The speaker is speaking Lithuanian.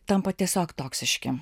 tampa tiesiog toksiški